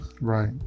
right